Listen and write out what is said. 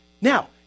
Now